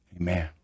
amen